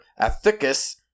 Athicus